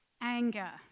Anger